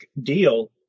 deal